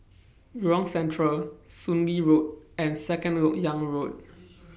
Jurong Central Soon Lee Road and Second Lok Yang Road